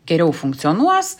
geriau funkcionuos